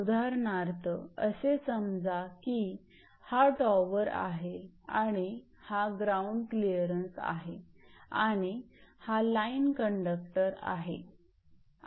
उदाहरणार्थ असे समजा की हा टॉवर आहे आणि हा ग्राउंड क्लिअरन्स आहे आणि हा लाईन कंडक्टर आहे